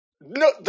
No